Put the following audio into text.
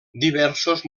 diversos